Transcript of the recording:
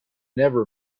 never